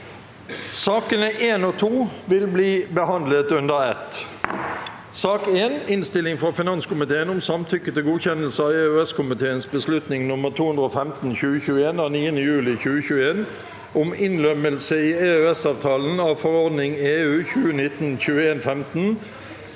Sakene nr. 1 og 2 vil bli behandlet under ett. Sak nr. 1 Innstilling fra finanskomiteen om Samtykke til god- kjennelse av EØS-komiteens beslutning nr. 215/2021 av 9. juli 2021 om innlemmelse i EØS-avtalen av forordning (EU) 2019/2115